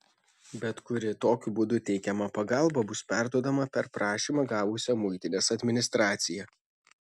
bet kuri tokiu būdu teikiama pagalba bus perduodama per prašymą gavusią muitinės administraciją